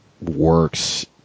works